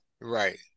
Right